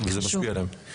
כי זה משפיע עליהם.